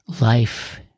life